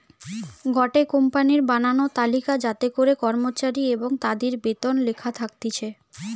গটে কোম্পানির বানানো তালিকা যাতে করে কর্মচারী এবং তাদির বেতন লেখা থাকতিছে